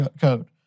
code